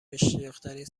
اشتیاقترین